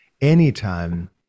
anytime